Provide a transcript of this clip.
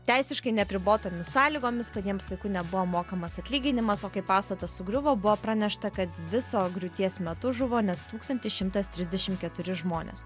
teisiškai neapribotomis sąlygomis kad jiems nebuvo mokamas atlyginimas o kai pastatas sugriuvo buvo pranešta kad viso griūties metu žuvo net tūkstantis šimtas trisdešim keturi žmonės